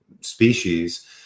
species